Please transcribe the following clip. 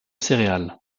céréales